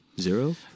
Zero